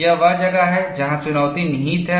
यह वह जगह है जहाँ चुनौती निहित है